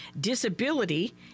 disability